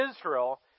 Israel